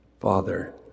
Father